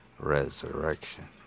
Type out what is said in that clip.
resurrection